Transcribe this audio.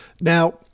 Now